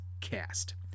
Cast